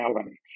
Alan